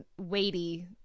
weighty